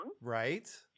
Right